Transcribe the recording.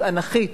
מתישהו.